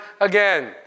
again